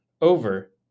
over